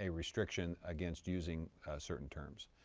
a restriction against using certain terms.